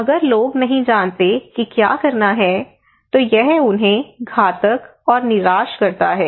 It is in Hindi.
अगर लोग नहीं जानते कि क्या करना है तो यह उन्हें घातक और निराश करता है